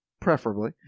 Preferably